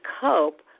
cope